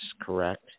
correct